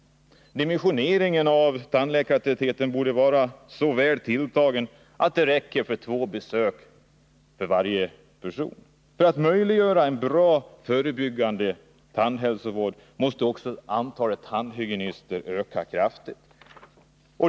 Dimensioneringen av tandläkartätheten borde vara så väl tilltagen att den räcker för två besök per år för alla. För att möjliggöra en bra förebyggande tandhälsovård måste man också öka antalet tandhygienister kraftigt.